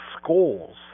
schools